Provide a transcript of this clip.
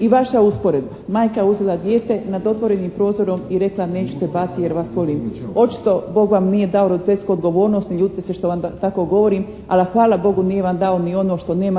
I vaša usporedba: Majka uzela dijete nad otvorenim prozorom i rekla neću te bacit jer vas volim. Očito Bog vam nije dao roditeljsku odgovornost, ne ljutite se što vam tako govorim, ali hvala Bogu nije vam dao ni ono što nemate,